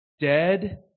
dead